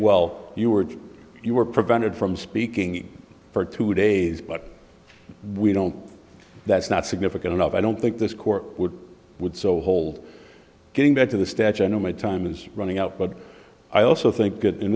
well you were you were prevented from speaking for two days but we don't that's not significant enough i don't think this court would would so hold getting back to the statue i know my time is running out but i also think that in